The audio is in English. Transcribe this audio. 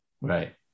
right